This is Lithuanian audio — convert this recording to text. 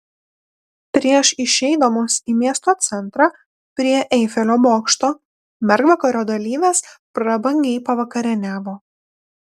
prieš išeidamos į miesto centrą prie eifelio bokšto mergvakario dalyvės prabangiai pavakarieniavo